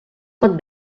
pot